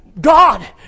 God